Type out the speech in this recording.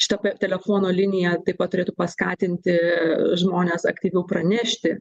šita telefono linija taip pat turėtų paskatinti žmones aktyviau pranešti